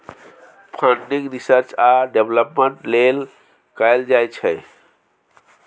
funding research आ development लेल कएल जाइ छै